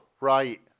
right